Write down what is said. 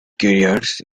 careers